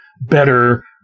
better